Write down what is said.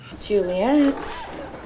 Juliet